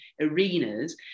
arenas